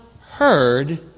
heard